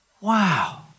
Wow